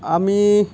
আমি